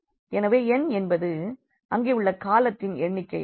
எனவே n என்பது அங்கே உள்ள காலத்தின் எண்ணிக்கை ஆகும்